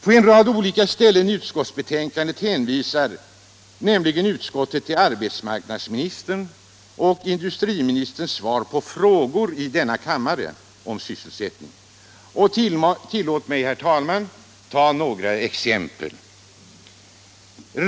På en rad olika ställen i utskottsbetänkandet hänvisar utskottet till arbetsmarknadsministerns och industriministerns svar på frågor i denna kammare om sysselsättningen. Tillåt mig, herr talman, ta några exempel.